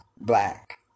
black